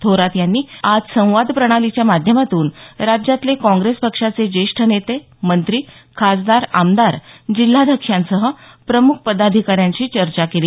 थोरात यांनी आज संवाद प्रणालीच्या माध्यमातून राज्यातले काँग्रेस पक्षाचे ज्येष्ठ नेते मंत्री खासदार आमदार जिल्हाध्यक्षांसह प्रमुख पदाधिकाऱ्यांशी चर्चा केली